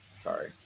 Sorry